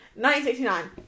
1969